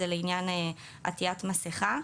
זה לעניין עטיית מסיכה.